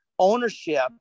ownership